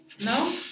No